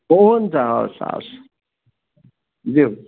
हुन्छ हवस् हवस् ज्यु